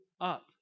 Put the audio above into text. up